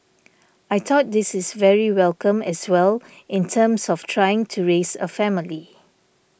I thought this is very welcome as well in terms of trying to raise a family